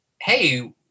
hey